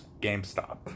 GameStop